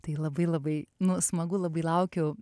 tai labai labai smagu labai laukiu